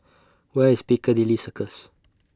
Where IS Piccadilly Circus